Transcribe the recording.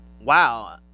wow